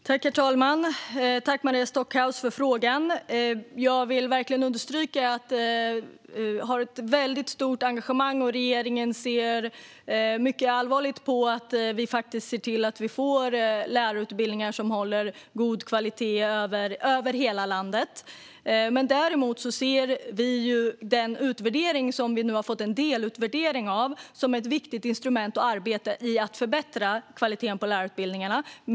Herr talman! Tack, Maria Stockhaus, för frågan! Jag vill verkligen understryka att vi har ett väldigt starkt engagemang och att regeringen ser mycket allvarligt på detta. Vi måste se till att vi får lärarutbildningar som håller god kvalitet över hela landet. Den delutvärdering som vi nu har fått ser vi som ett viktigt instrument för att förbättra kvaliteten på lärarutbildningarna.